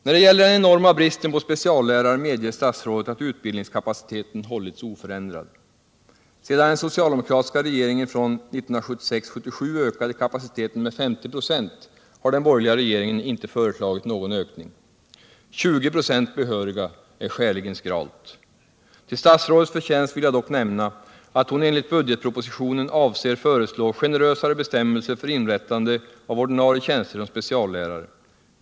När det gäller den enorma bristen på speciallärare medger statsrådet att utbildningskapaciteten hållits oförändrad. Sedan den socialdemokratiska regeringen från 1976/77 ökade kapaciteten med 50 96 har den borgerliga regeringen inte föreslagit någon ökning. 20 96 behöriga är skäligen skralt. Till statsrådets förtjänst vill jag dock nämna att hon enligt budgetpropositionen avser föreslå generösare bestämmelser för inrättande av ordinarie tjänster som speciallärare.